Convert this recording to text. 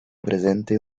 presente